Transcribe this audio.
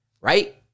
right